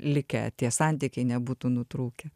likę tie santykiai nebūtų nutrūkę